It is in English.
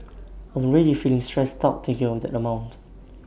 already feeling stressed out to kill that amount